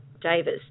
Davis